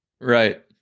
Right